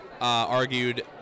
argued